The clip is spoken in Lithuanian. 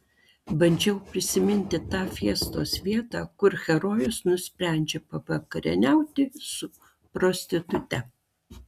bandžiau prisiminti tą fiestos vietą kur herojus nusprendžia pavakarieniauti su prostitute